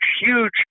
huge